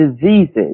diseases